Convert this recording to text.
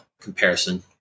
comparison